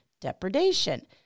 depredation